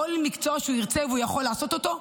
בכל מקצוע שהוא ירצה והוא יכול לעשות אותו,